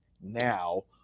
now